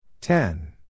Ten